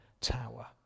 tower